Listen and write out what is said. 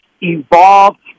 evolved